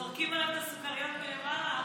זורקים עליו את הסוכריות מלמעלה,